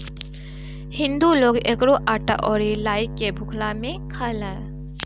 हिंदू लोग एकरो आटा अउरी लाई के भुखला में खाला